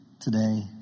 today